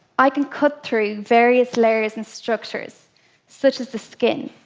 i can cut through various layers and structures such as the skin,